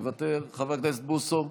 מוותר, חבר הכנסת בוסו,